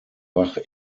bach